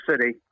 City